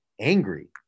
angry